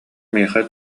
миэхэ